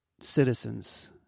citizens